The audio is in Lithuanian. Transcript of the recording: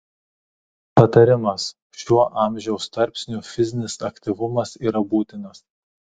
patarimas šiuo amžiaus tarpsniu fizinis aktyvumas yra būtinas